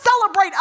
celebrate